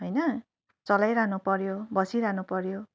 होइन चलाइरहनु पर्यो बसिरहनु पर्यो